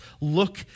Look